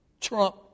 trump